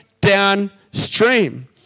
downstream